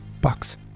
bucks